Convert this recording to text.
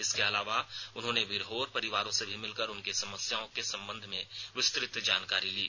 इसके अलावा उन्होंने बिरहोर परिवारों से भी मिलकर उनकी समस्याओं के संबंध में विस्तृत जानकारी ली